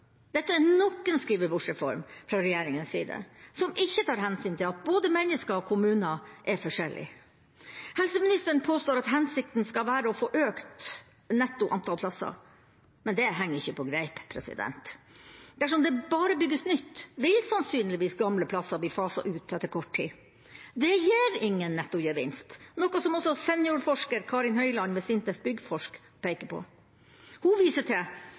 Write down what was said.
Dette er nok en skrivebordsreform fra regjeringas side, som ikke tar hensyn til at både mennesker og kommuner er forskjellige. Helseministeren påstår at hensikten skal være å få økt netto antall plasser. Men det henger ikke på greip. Dersom det bare bygges nytt, vil sannsynligvis gamle plasser bli faset ut etter kort tid. Det gir ingen nettogevinst, noe som seniorforsker Karin Høyland ved SINTEF Byggforsk peker på. Hun viser til